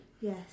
Yes